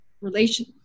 relation